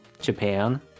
Japan